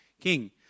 King